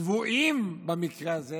הצבועים במקרה הזה